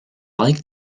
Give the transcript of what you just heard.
like